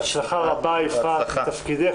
בהצלחה רבה, יפעת, בתפקידך.